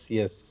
yes